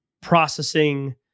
processing